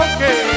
Okay